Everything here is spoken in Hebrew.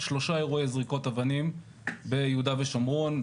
שלושה אירועי זריקות אבנים ביהודה ושומרון,